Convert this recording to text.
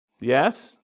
Yes